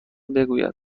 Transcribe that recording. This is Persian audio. بگوید